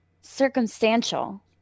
Circumstantial